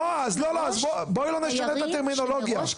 אז בואי לא נשנה את הטרמינולוגיה,